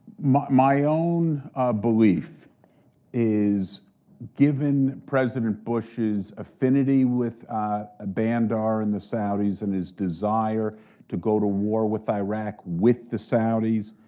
my my own belief is given president bush's affinity with bandar and the saudis, and his desire to go to war with iraq with the saudis,